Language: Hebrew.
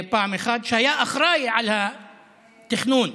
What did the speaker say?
שהיה אחראי לתכנון,